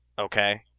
Okay